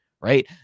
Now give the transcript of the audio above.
right